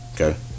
Okay